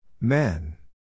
Men